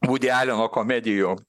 vudi aleno komedijų